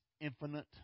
infinite